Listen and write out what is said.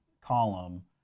column